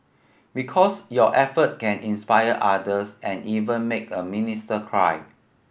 because your effort can inspire others and even make a minister cry